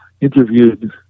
interviewed